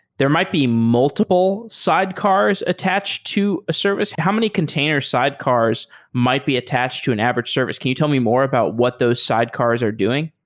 there might be multiple sidecars attached to a service. how many company container sidecars might be attached to an average service? can you tell me more about what those sidecars are doing?